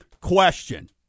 question